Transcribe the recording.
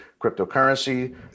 cryptocurrency